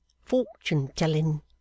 Fortune-telling